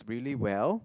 really well